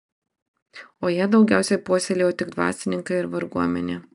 o ją daugiausiai puoselėjo tik dvasininkai ir varguomenė